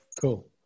cool